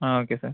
ah okay sir